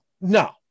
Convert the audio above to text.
no